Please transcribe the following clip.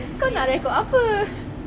kau nak record apa